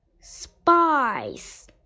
spice